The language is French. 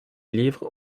livres